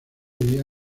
día